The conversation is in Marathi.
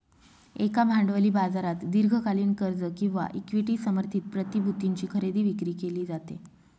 एका भांडवली बाजारात दीर्घकालीन कर्ज किंवा इक्विटी समर्थित प्रतिभूतींची खरेदी विक्री केली जाते